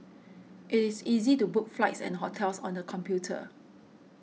it is easy to book flights and hotels on the computer